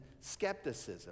skepticism